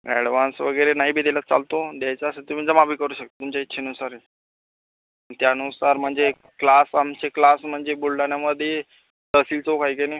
advance वगैरे नाहीबी दिलं तर चालतो द्यायचा असेल तर तुम्ही जमाबी करू शकता तुमच्या इच्छेनुसार आहे ज्यानुसार म्हणजे क्लास आमचे क्लास म्हणजे बुलढाण्यामध्ये तहसील चौक आहे की नाही